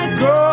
go